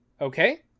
Okay